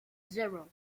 zero